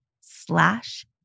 slash